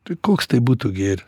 tai koks tai būtų gėris